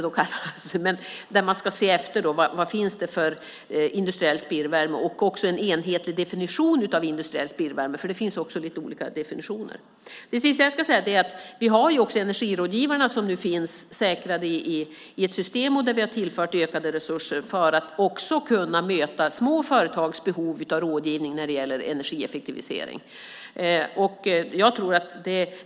Man ska se vad det finns för industriell spillvärme. Det gäller också en enhetlig definition av den industriella spillvärmen; det finns lite olika definitioner. Till sist: Energirådgivarna finns nu säkrade i ett system. Vi har tillfört ökade resurser för att också kunna möta små företags behov av rådgivning när det gäller energieffektivisering.